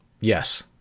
Yes